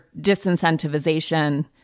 disincentivization